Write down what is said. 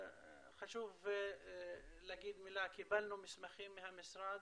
חשוב גם להגיד מילה, קיבלנו מסמכים מהמשרד,